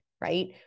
right